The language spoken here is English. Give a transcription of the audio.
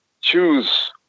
choose